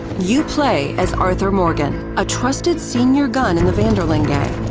you play as arthur morgan, a trusted senior gun in the van der linde gang,